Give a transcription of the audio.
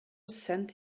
cent